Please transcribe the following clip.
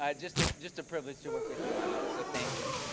ah just ah just a privilege to work with you on this. so thank you.